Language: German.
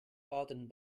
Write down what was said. baden